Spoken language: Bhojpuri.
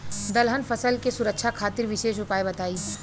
दलहन फसल के सुरक्षा खातिर विशेष उपाय बताई?